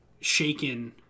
shaken